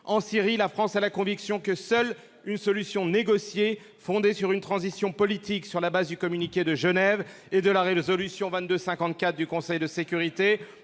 la Syrie, la France a la conviction que seule une solution négociée, fondée sur une transition politique, édifiée sur la base du communiqué de Genève et de la résolution 2254 du Conseil de sécurité